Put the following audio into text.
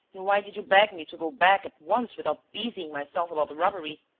and why did you beg me to go back at once without busying myself about the robbery?